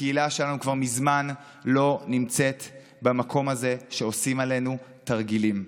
הקהילה שלנו כבר מזמן לא נמצאת במקום הזה שעושים עלינו תרגילים.